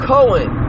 Cohen